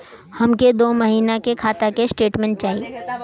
हमके दो महीना के खाता के स्टेटमेंट चाही?